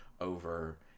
over